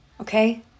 okay